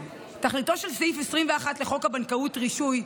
תכליתו של סעיף 21 לחוק הבנקאות (רישוי),